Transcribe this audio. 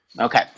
Okay